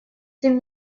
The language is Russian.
тем